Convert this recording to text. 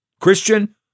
Christian